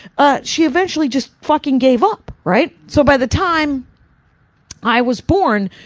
ah, she eventually just fucking gave up, right? so by the time i was born,